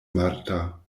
marta